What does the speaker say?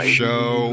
show